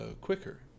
quicker